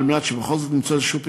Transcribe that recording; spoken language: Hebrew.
על מנת שבכל זאת נמצא איזשהו פתרון,